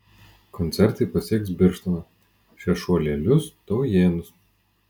koncertai pasieks ir birštoną šešuolėlius taujėnus